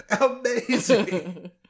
amazing